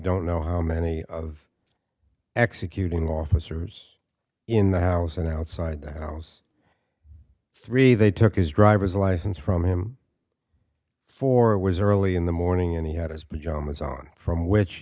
don't know how many of executing officers in the house and outside the house three they took his driver's license from him for it was early in the morning and he had his pajamas on from which